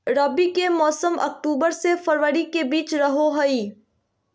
रबी के मौसम अक्टूबर से फरवरी के बीच रहो हइ